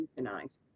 euthanized